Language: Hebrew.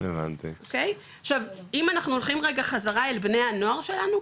אם אנחנו הולכים חזרה אל בני הנוער שלנו,